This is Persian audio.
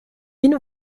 این